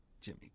Jimmy